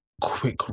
quick